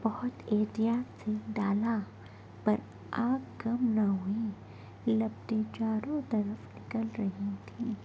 بہت احتیاط سے ڈالا پر آگ کم نہ ہوئی لپٹیں چاروں طرف نکل رہی تھیں